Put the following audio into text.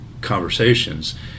conversations